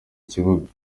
kibuga